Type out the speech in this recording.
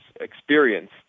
experience